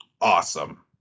awesome